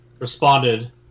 Responded